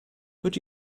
could